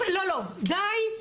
די,